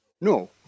No